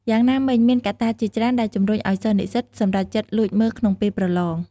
យ៉ាងណាមិញមានកត្តាជាច្រើនដែលជំរុញឱ្យសិស្សនិស្សិតសម្រេចចិត្តលួចមើលក្នុងពេលប្រឡង។